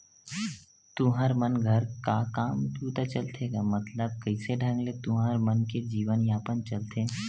तुँहर मन घर का काम बूता चलथे गा मतलब कइसे ढंग ले तुँहर मन के जीवन यापन चलथे?